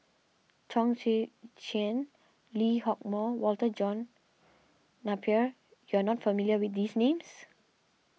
Chong Tze Chien Lee Hock Moh Walter John Napier you are not familiar with these names